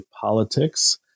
politics